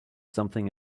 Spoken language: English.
something